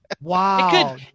Wow